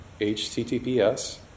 HTTPS